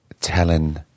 telling